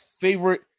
favorite